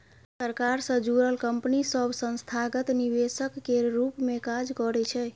सरकार सँ जुड़ल कंपनी सब संस्थागत निवेशक केर रूप मे काज करइ छै